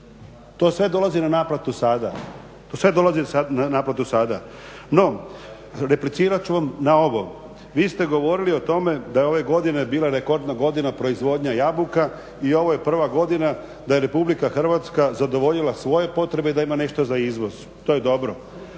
To sve dolazi na naplatu sada. No replicirat ću vam na ovo, vi ste govorili o tome da je ove godine bila rekordna godina proizvodnja jabuka i ovo je prva godina da je RH zadovoljila svoje potrebe da ima nešto za izvoz. To je dobro.